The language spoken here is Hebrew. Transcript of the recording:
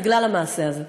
בגלל המעשה הזה,